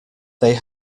they